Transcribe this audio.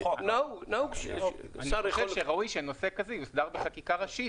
אני חושב שראוי שנושא כזה יוסדר בחקיקה ראשית